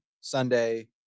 Sunday